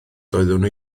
doeddwn